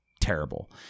terrible